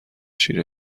چیره